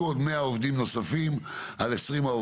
בחודשים הקרובים ייקלטו עוד 100 עובדים